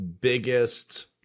biggest